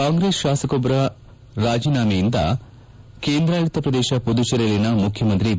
ಕಾಂಗ್ರೆಸ್ ಶಾಸಕರೊಬ್ಲರ ರಾಜೀನಾಮೆಯಿಂದ ಕೇಂದ್ರಾಡಳಿತ ಪ್ರದೇಶ ಪುದುಚೇರಿಯಲ್ಲಿನ ಮುಖ್ಯಮಂತ್ರಿ ವಿ